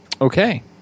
Okay